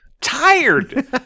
tired